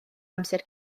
amser